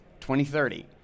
2030